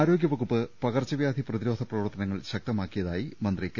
ആരോഗ്യ വകുപ്പ് പകർച്ചവ്യാധി പ്രതിരോധ പ്രവർത്തനങ്ങൾ ശക്തമാക്കിയതായി മന്ത്രി കെ